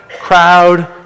crowd